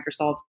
Microsoft